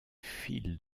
fil